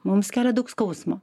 mums kelia daug skausmo